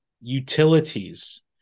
utilities